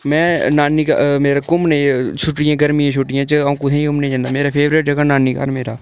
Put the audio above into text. में नानी घ मेरा घुम्मने ई छुट्टियें ई गर्मी दियें छुट्टियें च अ'ऊं कुत्थै घुम्मने गी जन्ना मेरा फेवरेट जगह् नानी घर मेरा